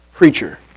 preacher